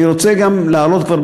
אני רוצה גם להעלות כבר,